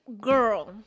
girl